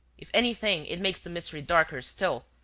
if anything, it makes the mystery darker still.